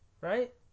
right